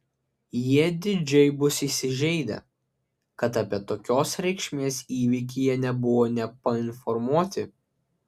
jie didžiai bus įsižeidę kad apie tokios reikšmės įvykį jie nebuvo nė painformuoti